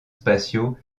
spatiaux